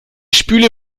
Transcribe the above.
spüle